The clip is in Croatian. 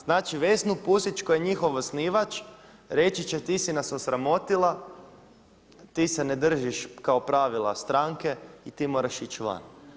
Znači Vesnu Pusić, koja je njihov osnivač, reći će ti si nas osramotila, ti se ne držiš kao pravila stranke i ti moraš ići van.